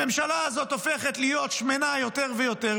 הממשלה הזאת הופכת להיות שמנה יותר ויותר,